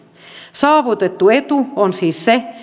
saavutettu etu on siis se